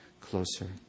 closer